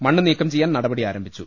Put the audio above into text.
മണ്ണ് നീക്കം ചെയ്യാൻ നടപടി ആരംഭിച്ചു